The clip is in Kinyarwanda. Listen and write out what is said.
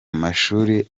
mashuri